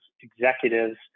executives